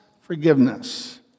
forgiveness